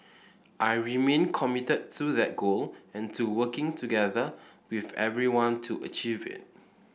I remain committed to that goal and to working together with everyone to achieve it